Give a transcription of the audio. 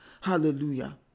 Hallelujah